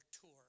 tour